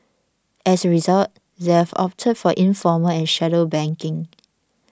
as a result they've opted for informal and shadow banking